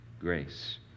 grace